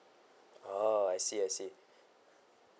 oh I see I see